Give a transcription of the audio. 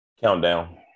Countdown